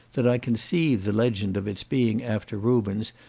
that i conceive the legend of its being after rubens,